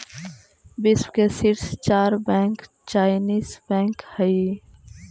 विश्व के शीर्ष चार बैंक चाइनीस बैंक हइ